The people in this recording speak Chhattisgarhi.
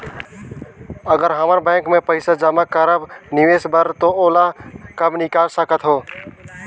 अगर हमन बैंक म पइसा जमा करब निवेश बर तो ओला कब निकाल सकत हो?